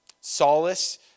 solace